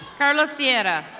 carlos sierra.